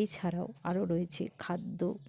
এছাড়াও আরো রয়েছে খাদ্য